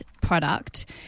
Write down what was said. product